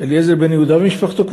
אליעזר בן-יהודה ומשפחתו.